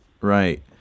right